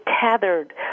tethered